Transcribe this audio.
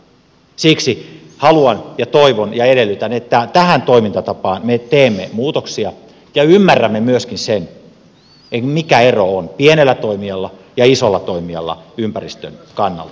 siksi haluan ja toivon ja edellytän että tähän toimintatapaan me teemme muutoksia ja ymmärrämme myöskin sen mikä ero on pienellä toimijalla ja isolla toimijalla ympäristön kannalta